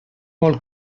vol